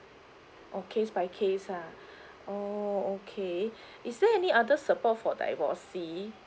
oh case by case ah oh okay is there any other support for divorcee